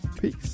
Peace